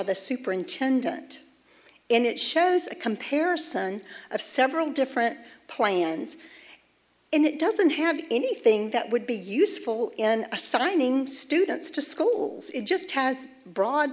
the superintendent and it shows a comparison of several different plans it doesn't have anything that would be useful in assigning students to schools it just has broad